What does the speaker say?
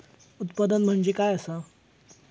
उत्पादन म्हणजे काय असा?